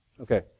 Okay